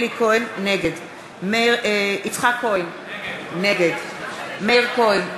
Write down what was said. נגד יצחק כהן, נגד מאיר כהן,